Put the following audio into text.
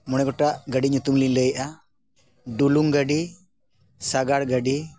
ᱢᱚᱬᱮ ᱜᱚᱴᱟᱝ ᱜᱟᱹᱰᱤ ᱧᱩᱛᱩᱢ ᱞᱤᱧ ᱞᱟᱹᱭᱮᱜᱼᱟ ᱰᱩᱞᱩᱝ ᱜᱟᱹᱰᱤ ᱥᱟᱜᱟᱲ ᱜᱟᱹᱰᱤ